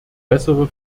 bessere